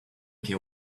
care